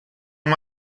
him